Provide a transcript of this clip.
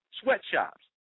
sweatshops